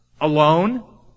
alone